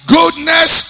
goodness